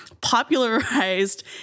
popularized